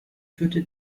führte